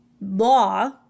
law